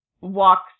walks